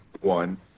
one